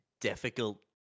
Difficult